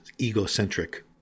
egocentric